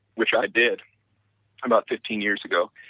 which i did about fifteen years ago,